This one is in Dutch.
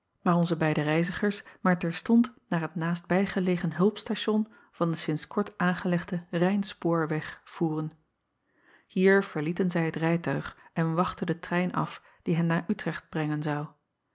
maar onze beide reizigers maar terstond naar het naastbijgelegen hulpstation van den sinds kort aangelegden hijnspoorweg voeren ier verlieten zij het rijtuig en wachtten den trein af die hen naar trecht brengen zou